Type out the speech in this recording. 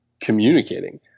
communicating